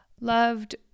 loved